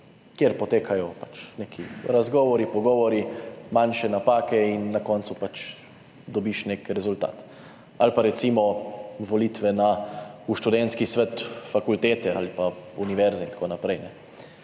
kjer potekajo pač neki razgovori, pogovori, manjše napake in na koncu pač dobiš nek rezultat ali pa recimo volitve v študentski svet fakultete ali pa univerze in tako naprej.